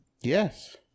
Yes